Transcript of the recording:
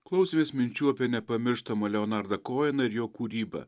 klausėmės minčių apie nepamirštamą leonardą koeną ir jo kūrybą